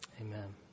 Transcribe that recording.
Amen